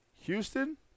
Houston